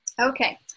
Okay